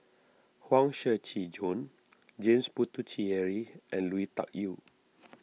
Huang Shiqi Joan James Puthucheary and Lui Tuck Yew